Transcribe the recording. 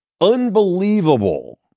unbelievable